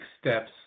steps